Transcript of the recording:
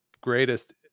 greatest